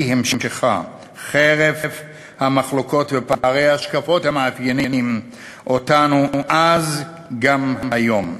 המשכה חרף המחלוקות ופערי ההשקפות המאפיינים אותנו אז גם היום.